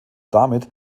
damit